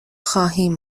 خواهیم